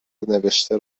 نوشته